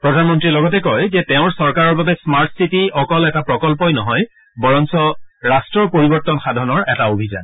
প্ৰধানমন্ত্ৰীয়ে লগতে কয় যে তেওঁৰ চৰকাৰৰ বাবে স্মাৰ্ট চিটি অকল এটা প্ৰকল্পই নহয় বৰণ্ণ ৰাষ্টৰ পৰিৱৰ্তন সাধনৰ এটা অভিযান